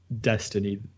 Destiny